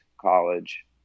college